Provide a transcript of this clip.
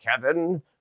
kevin